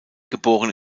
geboren